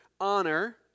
honor